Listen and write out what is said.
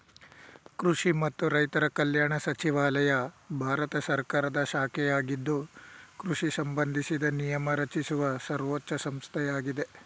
ಕೃಷಿ ಮತ್ತು ರೈತರ ಕಲ್ಯಾಣ ಸಚಿವಾಲಯ ಭಾರತ ಸರ್ಕಾರದ ಶಾಖೆಯಾಗಿದ್ದು ಕೃಷಿ ಸಂಬಂಧಿಸಿದ ನಿಯಮ ರಚಿಸುವ ಸರ್ವೋಚ್ಛ ಸಂಸ್ಥೆಯಾಗಿದೆ